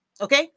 Okay